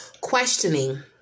questioning